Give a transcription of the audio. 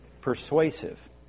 persuasive